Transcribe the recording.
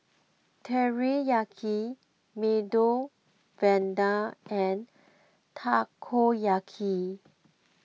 Teriyaki Medu Vada and Takoyaki